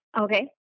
Okay